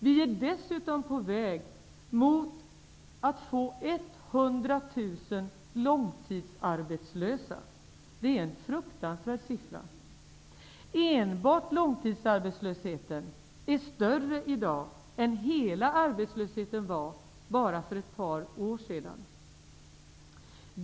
Vi är dessutom på väg att få 100 000 långtidsarbetslösa. Det är en fruktansvärd siffra. Enbart långtidsarbetslösheten är i dag större än vad hela arbetslösheten var för bara ett par år sedan.